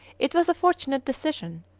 it was a fortunate decision,